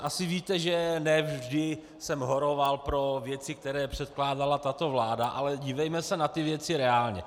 Asi víte, že ne vždy jsem horoval pro věci, které předkládala tato vláda, ale dívejme se na ty věci reálně.